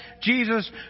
Jesus